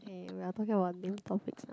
eh we are talking about new topics now